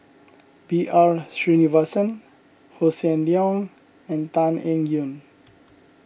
B R Sreenivasan Hossan Leong and Tan Eng Yoon